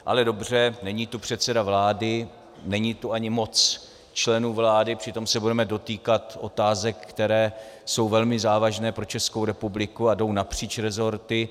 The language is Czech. Ale dobře, není tu předseda vlády, není tu ani moc členů vlády, přitom se budeme dotýkat otázek, které jsou velmi závažné pro Českou republiku a jdou napříč rezorty.